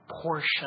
portion